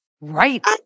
Right